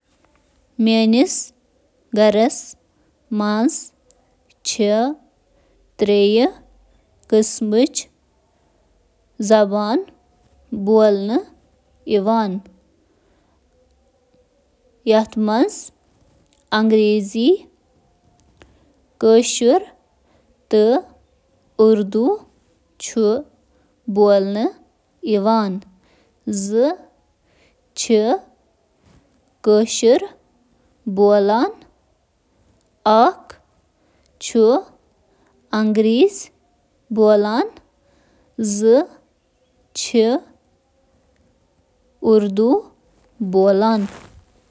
میٲنِس خاندانس منٛز چھِ ترٛےٚ زبانہٕ بولنہٕ یِوان، کشمیری، اردو تہٕ انگریزی۔ زٕ ممبر ٲسۍ ترٛیٚشوٕے زبانہٕ بولان تہٕ باقی چھِ صرف زٕ زبانہٕ بولان۔